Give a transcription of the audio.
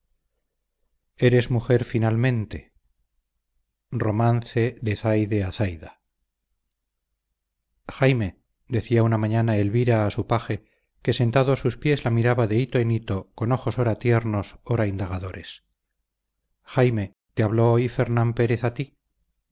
pasión quedaba jaime decía una mañana elvira a su paje que sentado a sus pies la miraba de hito en hito con ojos ora tiernos ora indagadores jaime te habló hoy fernán pérez a ti